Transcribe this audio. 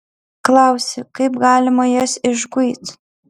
klausi kaip galima jas išguit